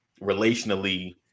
relationally